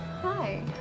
Hi